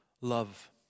love